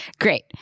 Great